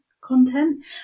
content